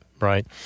right